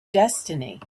destiny